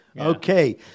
Okay